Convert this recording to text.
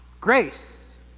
grace